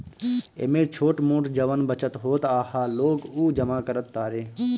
एमे छोट मोट जवन बचत होत ह लोग उ जमा करत तारे